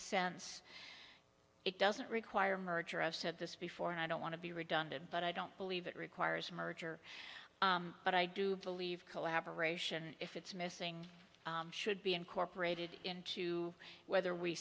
sense it doesn't require merger i've said this before and i don't want to be redundant but i don't believe it requires a merger but i do believe collaboration if it's missing should be incorporated into whether we